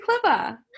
clever